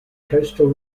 coastal